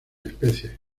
especie